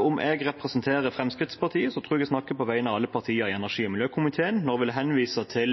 om jeg representerer Fremskrittspartiet, tror jeg at jeg snakker på vegne av alle partiene i energi- og miljøkomiteen når jeg henviser til